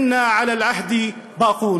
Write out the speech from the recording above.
ונעמוד בהבטחתנו.)